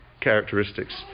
characteristics